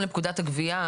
הגבייה,